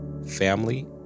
family